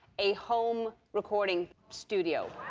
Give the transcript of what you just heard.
a home recording studio.